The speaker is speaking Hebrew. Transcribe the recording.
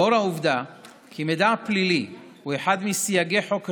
לאור העובדה כי מידע פלילי הוא אחד מסייגי חוק השבות,